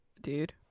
dude